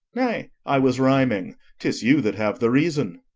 nay, i was rhyming tis you that have the reason.